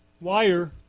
wire